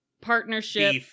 partnership